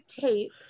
tape